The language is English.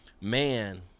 Man